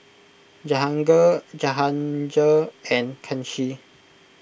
Jahangir Jahangir and Kanshi